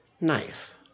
Nice